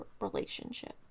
relationship